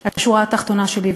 השורה התחתונה שלי,